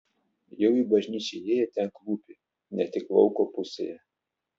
jau į bažnyčią įėję ten klūpi ne tik lauko pusėje